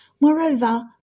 Moreover